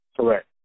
Correct